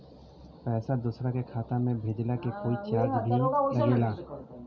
पैसा दोसरा के खाता मे भेजला के कोई चार्ज भी लागेला?